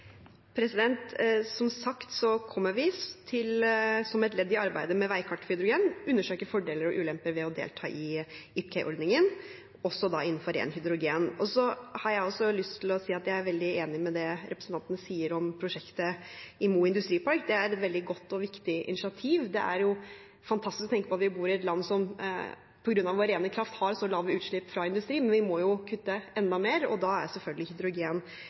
Som sagt kommer vi, som et ledd i arbeidet med veikart for hydrogen, å undersøke fordeler og ulemper ved å delta i IPCEI-ordningen, også innenfor ren hydrogen. Så har jeg også lyst til å si at jeg er veldig enig i det representanten Lyngedal sier om prosjektet i Mo Industripark. Det er et veldig godt og viktig initiativ. Det er fantastisk å tenke på at vi bor i et land som på grunn av vår rene kraft har så lave utslipp fra industri, men vi må kutte enda mer, og da er selvfølgelig hydrogen